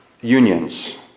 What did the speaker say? unions